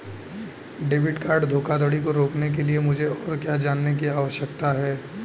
Debit card धोखाधड़ी को रोकने के लिए मुझे और क्या जानने की आवश्यकता है?